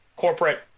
corporate